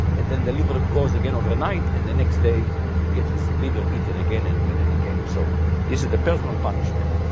and then the liver goes again overnight, and the next day he gets his liver eaten again and again and again. so this is the personal punishment.